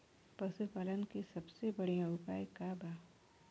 पशु पालन के सबसे बढ़ियां उपाय का बा?